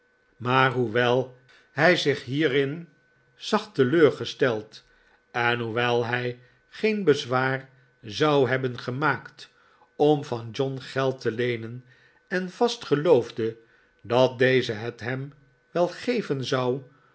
maar hoewel hij zich hierir zag teleurgesteld en hoewel hij geen bezwaar zou hebben gemaakt om van john geld te leenen en vast geloofde dat deze het hem wel geven zou